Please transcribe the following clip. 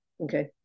okay